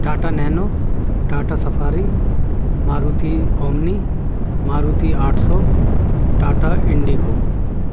Tata Nano Tata Safari Maruti Omni Maruti آٹسو Tata Indigo